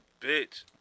bitch